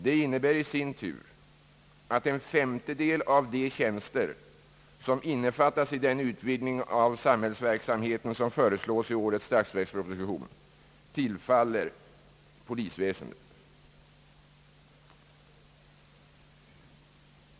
Det innebär i sin tur, att en femtedel av de tjänster som innefattas 1 den utvidgning av samhällsverksamheten, som föreslås i årets statsverksproposition, tillfaller polisväsendet.